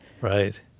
Right